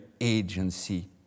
agency